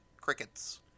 crickets